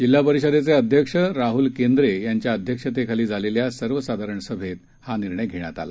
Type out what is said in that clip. जिल्हा परिषदेचे अध्यक्ष राहून केंद्र यांच्या अध्यक्षतेखाली झालेल्या सर्वसाधारण सभेत हा निर्णय घेण्यात आला